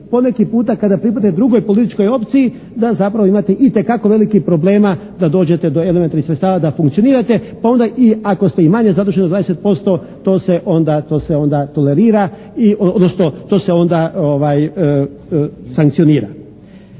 poneki puta kada pripadne drugoj političkoj opciji da zapravo imate itekako velikih problema da dođete do elementarnih sredstava da funkcionirate. Pa onda i, ako ste i manje zaduženi od 20% to se onda, to se onda tolerira i odnosno to se onda sankcionira.